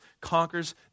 conquers